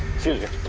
sir.